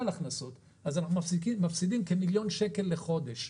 הכנסות אז אנחנו מפסידים כמיליון שקל בחודש.